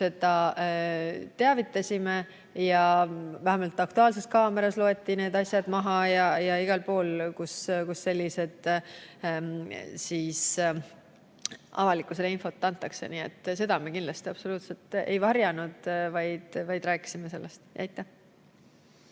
seda teavitasime, ja vähemalt "Aktuaalses kaameras" loeti need asjad maha ja ka igal pool mujal, kus avalikkusele infot antakse. Nii et seda me kindlasti absoluutselt ei varjanud, vaid rääkisime sellest. Aitäh!